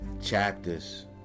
Chapters